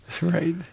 Right